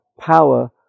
power